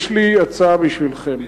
יש לי הצעה בשבילכם,